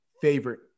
favorite